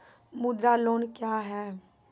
मुद्रा लोन क्या हैं?